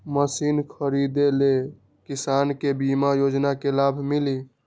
Machine खरीदे ले किसान के बीमा योजना के लाभ मिली?